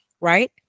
right